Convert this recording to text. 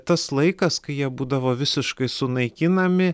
tas laikas kai jie būdavo visiškai sunaikinami